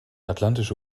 atlantische